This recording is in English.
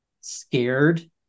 scared